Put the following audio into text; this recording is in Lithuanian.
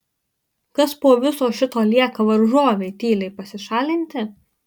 kas po viso šito lieka varžovei tyliai pasišalinti